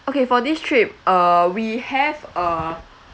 okay for this trip uh we have uh